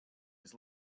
his